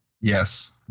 yes